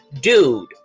dude